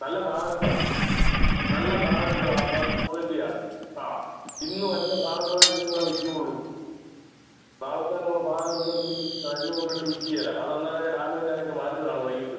നല്ല സാധനങ്ങളാണ് നല്ല സാധനങ്ങളാണ് ഫസ്റ്റ് ക്വാളിറ്റി ആണ് ആ ഇന്ന് വരുന്ന സാധനം ഇന്ന് ഇവിടെ വിൽക്കുകയുള്ളു നാളത്തേയ്ക്ക് ഉള്ള സാധനം ഇന്ന് എടുത്ത് ആ ഇന്ന് വന്നിട്ട് വിൽക്കുകയില്ല അത് എന്തെന്നാൽ ഡാമേജ് ആയിട്ട് മാറ്റുകയാണ് വൈകിട്ട്